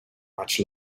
much